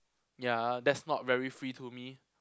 ya that's not very free to me